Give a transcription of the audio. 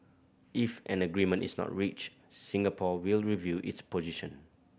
if an agreement is not reached Singapore will review its position